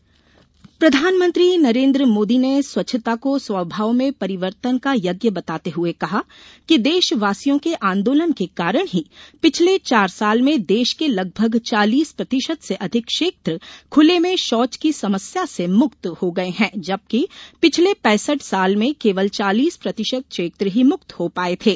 स्वच्छता अभियान प्रधानमंत्री नरेन्द्र मोदी ने स्वच्छता को स्वभाव में परिवर्तन का यज्ञ बताते हुए कहा कि देशवासियों के आंदोलन के कारण ही पिछले चार साल में देश के लगभग चालीस प्रतिशत से अधिक क्षेत्र खूले में शौच की समस्या से मुक्त हो गये है जबकि पिछले पैसठ साल में केवल चालीस प्रतिशत क्षेत्र ही मुक्त हो पाये थे